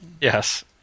Yes